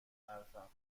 حرفم